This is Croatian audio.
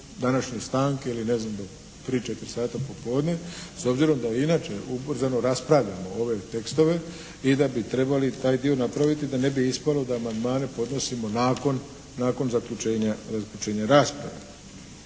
današnje stanke ili ne znam do 3, 4 sata popodne s obzirom da i inače ubrzano raspravljamo ove tekstove i da bi trebali taj dio napraviti da ne bi ispalo da amandmane podnosimo nakon zaključenja rasprave.